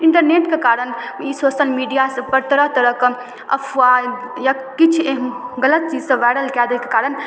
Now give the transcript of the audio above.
इन्टरनेटके कारण ई सोशल मीडियापर तरह तरहक अफवाह या किछु एह गलत चीज सभ वाइरल कए दैके कारण